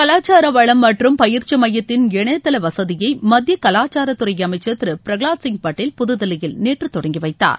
கலாச்சார வளம் மற்றும் பயிற்சி மையத்தின் இணையதள வசதியை மத்திய கலாச்சாரத்துறை அமைச்சர் திரு பிரகலாத்சிங் பட்டேல் புதுதில்லியில் நேற்று தொடங்கி வைத்தார்